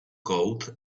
coat